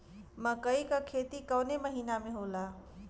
मकई क खेती कवने महीना में होला?